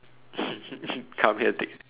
come here take